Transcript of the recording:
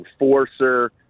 enforcer